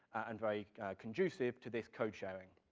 and very conducive to this code sharing,